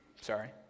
sorry